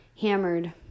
hammered